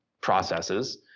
processes